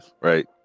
right